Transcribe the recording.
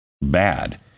bad